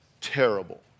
terrible